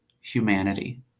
humanity